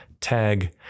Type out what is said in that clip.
tag